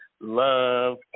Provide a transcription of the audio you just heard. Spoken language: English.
love